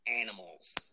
animals